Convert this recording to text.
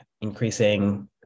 increasing